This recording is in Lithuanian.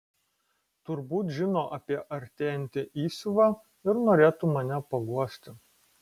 turbūt žino apie artėjantį įsiuvą ir norėtų mane paguosti